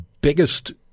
biggest